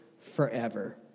forever